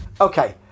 Okay